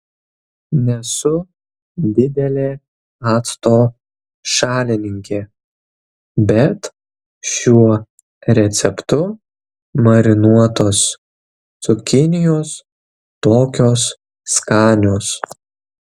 nesu didelė acto šalininkė bet šiuo receptu marinuotos cukinijos tokios skanios